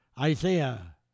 Isaiah